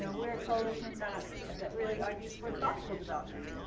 ah we're a coalition that that really argues for thoughtful development.